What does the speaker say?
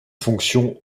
fonction